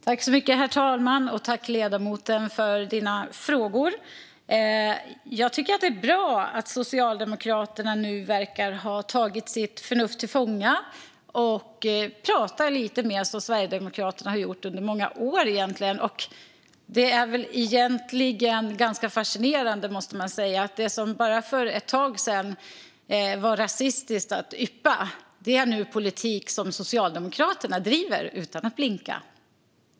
Herr talman! Tack för dina frågor, ledamoten! Jag tycker att det är bra att Socialdemokraterna nu verkar ha tagit sitt förnuft till fånga och pratar lite mer som Sverigedemokraterna har gjort under många år. Det är egentligen ganska fascinerande, måste man väl säga, för det som bara för ett tag sedan var rasistiskt att yppa är nu politik som Socialdemokraterna driver utan att blinka.